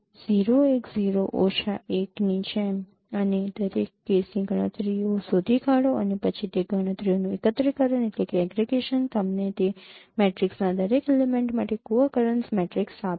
0 1 0 ઓછા 1 ની જેમ અને દરેક કેસની ગણતરીઓ શોધી કાઢો અને પછી તે ગણતરીઓનું એકત્રીકરણ તમને તે મેટ્રિક્સના દરેક એલેમેન્ટ માટે કો અકરેન્સ મેટ્રિક્સ આપશે